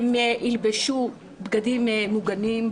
אם ילבשו בגדים ממגנים.